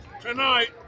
tonight